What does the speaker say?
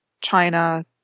China